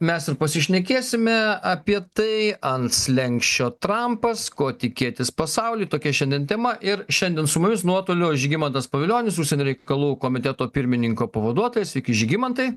mes ir pasišnekėsime apie tai ant slenksčio trampas ko tikėtis pasauly tokia šiandien tema ir šiandien su mumis nuotoliu žygimantas pavilionis užsienio reikalų komiteto pirmininko pavaduotojas žygimantai